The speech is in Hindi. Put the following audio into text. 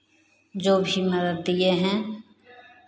जो भी मदद दिए हैं